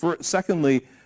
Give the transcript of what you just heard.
Secondly